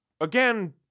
Again